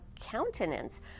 countenance